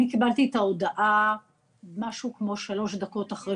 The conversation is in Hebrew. אני קיבלתי את ההודעה משהו כמו שלוש דקות אחרי